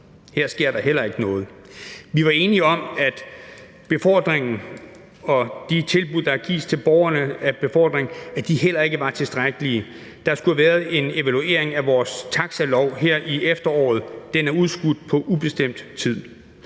her sker der heller ikke noget. Vi var enige om, at befordringen og de tilbud, der gives til borgerne i form af befordring, heller ikke var tilstrækkelige. Der skulle have været en evaluering af vores taxalov her i efteråret; den er udskudt på ubestemt tid.